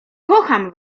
kocham